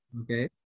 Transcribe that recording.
okay